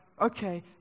okay